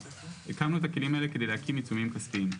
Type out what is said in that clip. אנחנו הקמנו את הכלים האלה כדי להקים עיצומים כספיים,